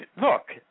look